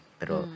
pero